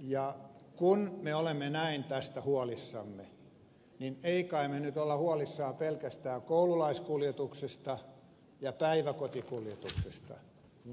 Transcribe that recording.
ja kun me olemme näin tästä huolissamme niin emme kai me nyt ole huolissamme pelkästään koululaiskuljetuksesta ja päiväkotikuljetuksesta